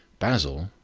basil,